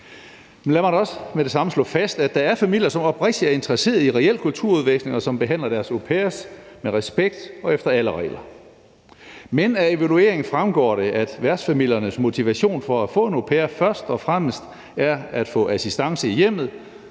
med det samme slå fast, at der er familier, som oprigtigt er interesseret i reel kulturudveksling, og som behandler deres au pair med respekt og efter alle regler. Men af evalueringen fremgår det, at værtsfamiliernes motivation for at få en au pair først og fremmest er at få assistance i hjemmet,